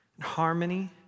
harmony